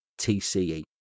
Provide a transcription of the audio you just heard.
TCE